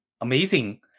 amazing